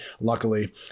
Luckily